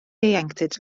ieuenctid